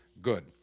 good